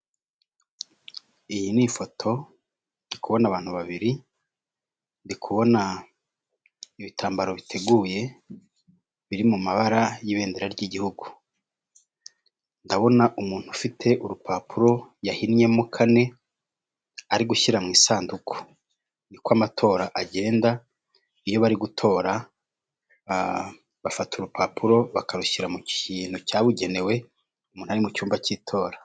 Ndahabona igazeti ya leta nimero enye yo kuwa munani bibiri na makumyabiri na gatatu, iyo gazete ikaba yandikishijwe amagambo y'umukara, ikaba yanditse mu ndimi eshatu arizo; ikinyarwanda, icyongereza ndetse n'igifaransa.